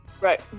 Right